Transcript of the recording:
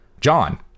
John